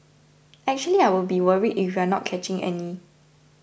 actually I would be worried if we're not catching any